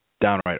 downright